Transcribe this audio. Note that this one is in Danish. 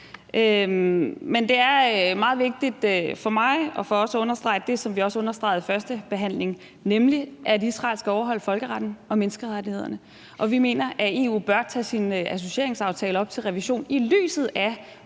Men det er meget vigtigt for mig og for os at understrege det, som vi også understregede ved førstebehandlingen, nemlig at Israel skal overholde folkeretten og menneskerettighederne. Vi mener, at EU bør tage sine associeringsaftale op til revision i lyset af